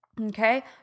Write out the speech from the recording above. Okay